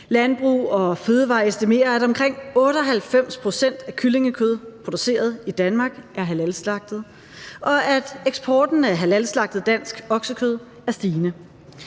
Landbrug & Fødevarer estimerer, at omkring 98 pct. af kyllingekød produceret i Danmark er halalslagtet, og at eksporten af halalslagtet dansk oksekød er stigende.